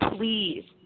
please